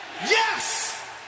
Yes